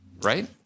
right